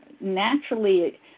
naturally